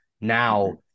Now